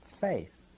faith